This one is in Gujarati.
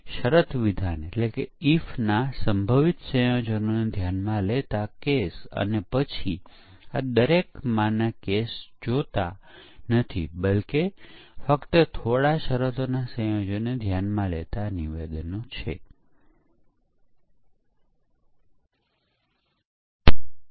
તેથી ફક્ત એટલું જ કહ્યું કે આપણે 10000 રેન્ડમલી પેદા કરેલા પરીક્ષણના કેસો સાથે પરીક્ષણ કર્યું તે ખૂબ અર્થ વારુ ન હોઈ શકે